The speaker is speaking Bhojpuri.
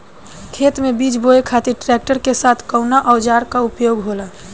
खेत में बीज बोए खातिर ट्रैक्टर के साथ कउना औजार क उपयोग होला?